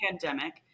pandemic